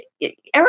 Eric